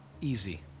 easy